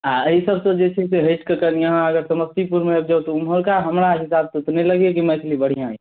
आ एहि सभसँ जे छै से हटि कऽ कनी अहाँ अगर समस्तीपुरमे आबि जाउ तऽ ओमहरका हमरा हिसाबसँ तऽ नहि लगैए मैथिली बढ़िआँ यए